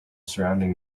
surrounding